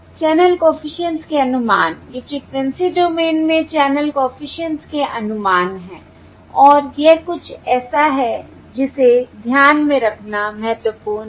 channel coefficients के अनुमान ये फ्रिकवेंसी डोमेन में चैनल कॉफिशिएंट्स के अनुमान हैं और यह कुछ ऐसा है जिसे ध्यान में रखना महत्वपूर्ण है